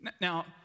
Now